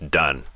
done